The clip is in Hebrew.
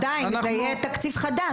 עדיין יהיה תקציב חדש.